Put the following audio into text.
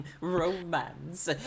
romance